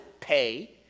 pay